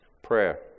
Prayer